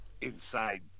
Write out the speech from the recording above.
Inside